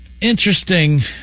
interesting